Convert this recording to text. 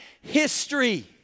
history